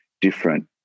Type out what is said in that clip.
different